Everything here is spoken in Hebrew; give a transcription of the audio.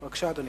בבקשה, אדוני.